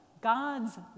God's